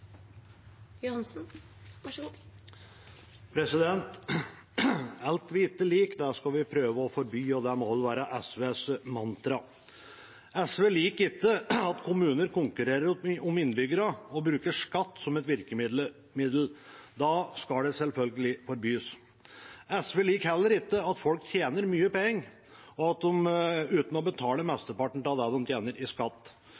Alt vi ikke liker, det skal vi prøve å forby – det må vel være SVs mantra. SV liker ikke at kommuner konkurrerer om innbyggere og bruker skatt som et virkemiddel. Da skal det selvfølgelig forbys. SV liker heller ikke at folk tjener mye penger uten å betale mesteparten av det de tjener i skatt.